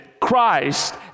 Christ